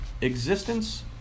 Existence